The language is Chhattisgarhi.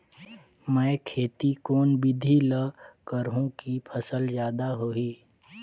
मै खेती कोन बिधी ल करहु कि फसल जादा होही